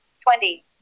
Twenty